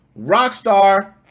Rockstar